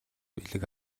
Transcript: бэлэг